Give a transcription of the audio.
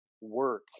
work